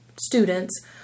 students